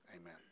Amen